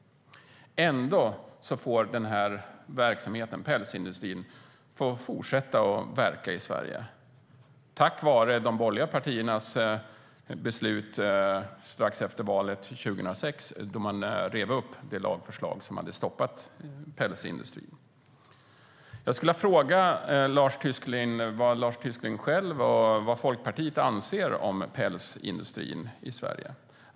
Ändå får pälsindustrin fortsätta att verka i Sverige. De borgerliga partierna fattade nämligen strax efter valet 2006 beslut om att riva upp det lagförslag som hade stoppat pälsindustrin. Jag skulle vilja fråga Lars Tysklind vad han och Folkpartiet anser om pälsindustrin i Sverige.